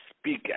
speak